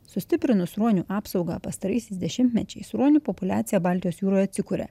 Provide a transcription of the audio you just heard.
sustiprinus ruonių apsaugą pastaraisiais dešimtmečiais ruonių populiacija baltijos jūroje atsikuria